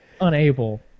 unable